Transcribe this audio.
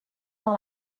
dans